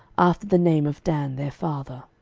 after the name of dan their father.